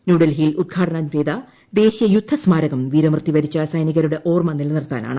ന്യൂഡൽഹിയിൽ ഉദ്ഘ്ടുടന്ം ചെയ്ത ദേശീയ യുദ്ധ സ്മാരകം വീരമൃത്യു വരിച്ച സ്പൈനികരുടെ ഓർമ്മ നിലനിർത്താനാണ്